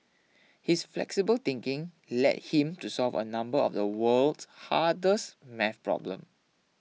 his flexible thinking led him to solve a number of the world's hardest math problems